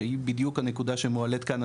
שהיא בדיוק הנקודה שמועלית כאן,